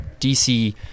DC